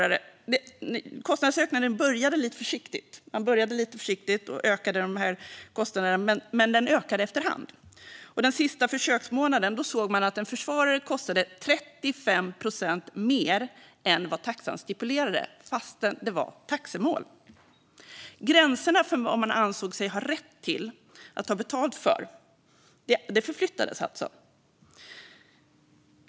Kostnadsökningen började lite försiktigt, men den ökade efter hand. Den sista försöksmånaden såg man att en försvarare kostade 35 procent mer än vad taxan stipulerade trots att det var taxemål. Gränserna för vad man ansåg sig ha rätt att ta betalt för förflyttades alltså.